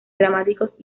dramáticos